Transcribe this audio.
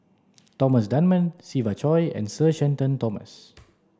Thomas Dunman Siva Choy and Sir Shenton Thomas